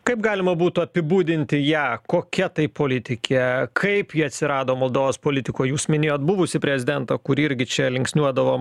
kaip galima būtų apibūdinti ją kokia tai politikė kaip ji atsirado moldovos politikoj jūs minėjot buvusį prezidentą kurį irgi čia linksniuodavom